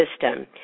system